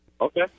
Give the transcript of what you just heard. Okay